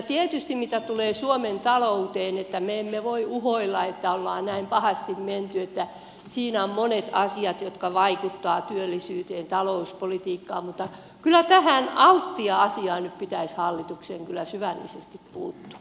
tietysti mitä tulee suomen talouteen me emme voi uhoilla että ollaan näin pahasti menty siinä on monet asiat jotka vaikuttavat työllisyyteen talouspolitiikkaan mutta kyllä tähän altia asiaan nyt pitäisi hallituksen syvällisesti puuttua